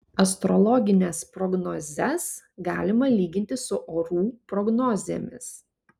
astrologines prognozes galima lyginti su orų prognozėmis